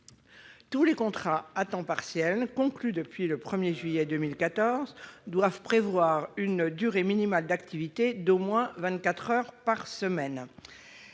Tous les contrats de travail à temps partiel conclus depuis le 1 juillet 2014 doivent prévoir une durée minimale d'activité d'au moins vingt-quatre heures par semaine.